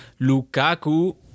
Lukaku